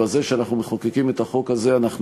בזה שאנחנו מחוקקים את החוק הזה אנחנו